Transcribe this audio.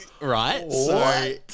right